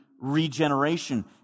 regeneration